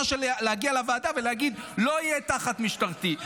להגיע ראשונה לוועדה ולהגיד: זה לא יהיה תחת משרתי,